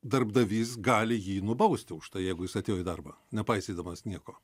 darbdavys gali jį nubausti už tai jeigu jis atėjo į darbą nepaisydamas nieko